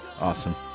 Awesome